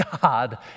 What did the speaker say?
God